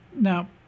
Now